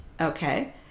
Okay